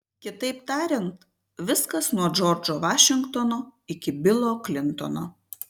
kitaip tariant viskas nuo džordžo vašingtono iki bilo klintono